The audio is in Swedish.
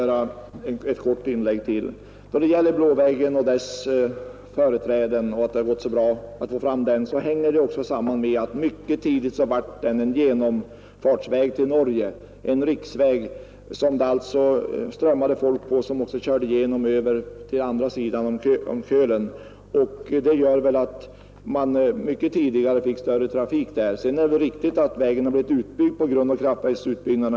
Herr talman! En anledning till att det gått så bra att få fram Blå vägen är att denna väg mycket tidigt blev en genomfartsled till Norge, en riksväg på vilken det strömmade folk till andra sidan Kölen. Därför fick man mycket tidigt stor trafik där. Sedan är det naturligtvis också riktigt att vägen har blivit utbyggd på grund av vattenkraftsutbyggnaden.